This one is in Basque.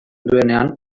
duenean